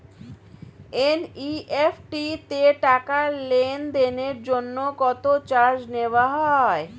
NEFT তে টাকা লেনদেনের জন্য কত চার্জ নেয়া হয়?